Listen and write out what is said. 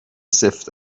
سفت